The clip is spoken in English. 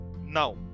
now